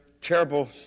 terrible